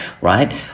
right